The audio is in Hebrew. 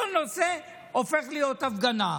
כל נושא הופך להיות הפגנה.